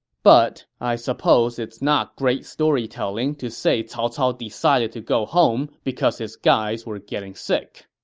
but i suppose it's not great storytelling to say cao cao decided to go home because his guys were getting sick